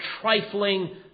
trifling